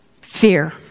Fear